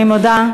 אני מודה.